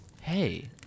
Hey